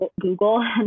Google